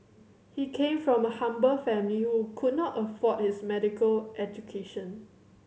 he came from a humble family who could not afford his medical education